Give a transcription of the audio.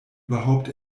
überhaupt